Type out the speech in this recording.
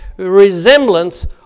resemblance